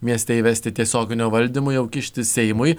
mieste įvesti tiesioginio valdymo jau kištis seimui